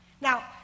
Now